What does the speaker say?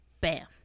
Bam